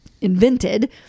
invented